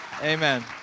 amen